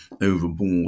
overboard